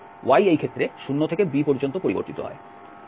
y এই ক্ষেত্রে 0 থেকে b পর্যন্ত পরিবর্তিত হয়